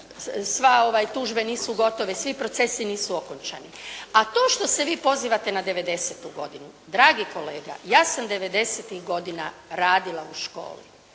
sve ove tužbe nisu gotove, svi procesi nisu okončani. A to što se vi pozivate na '90.-tu godinu, dragi kolega, ja sam '90.-tih godina radila u školi